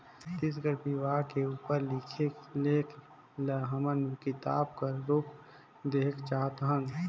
छत्तीसगढ़ी बिहाव के उपर लिखे लेख ल हमन किताब कर रूप देहेक चाहत हन